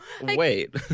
Wait